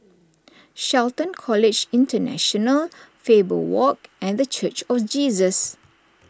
Shelton College International Faber Walk and the Church of Jesus